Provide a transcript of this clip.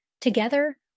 Together